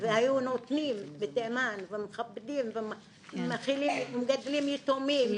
היו נותנים בתימן ומכבדים ומגדלים יתומים.